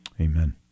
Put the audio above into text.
Amen